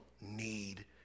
need